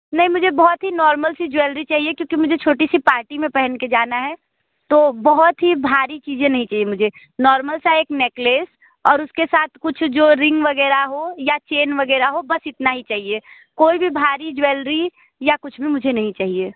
नहीं मुझे बहुत ही नॉर्मल सी ज्वेलरी चाहिए क्योंकि मुझे छोटी सी पार्टी में पहन के जाना है तो बहुत ही भारी चीज़ें नहीं चाहिए मुझे नॉर्मल सा एक नेकलेस और उसके साथ कुछ जो रिंग वगैरह हो या चैन वगैरह हो बस इतना ही चाहिए कोई भी भारी ज्वेलरी या कुछ भी मुझे नहीं चाहिए